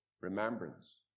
Remembrance